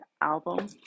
album